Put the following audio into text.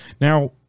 Now